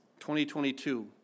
2022